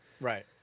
Right